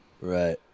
right